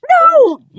No